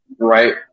right